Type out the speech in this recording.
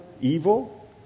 evil